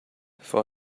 for